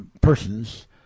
persons